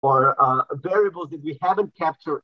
or variables that we haven't captured.